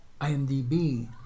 IMDb